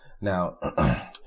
Now